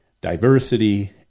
diversity